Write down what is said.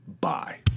Bye